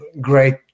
great